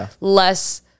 less